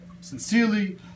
sincerely